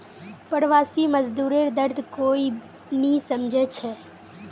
प्रवासी मजदूरेर दर्द कोई नी समझे छे